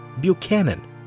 Buchanan